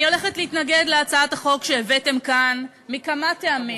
אני הולכת להתנגד להצעת החוק שהבאתם כאן מכמה טעמים.